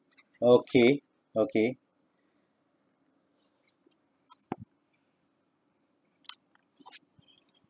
okay okay